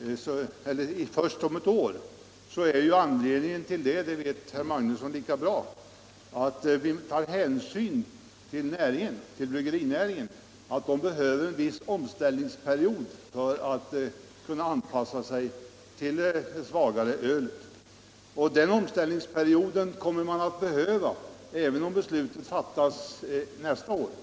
är — det vet herr Magnusson i Borås lika väl som jag — att vi tar hänsyn till att bryggerinäringen behöver en viss omställningsperiod för att anpassa produktionen till ett svagare öl. Den omställningsperioden kommer man att behöva även om beslutet fattas nästa år.